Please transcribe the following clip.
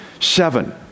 Seven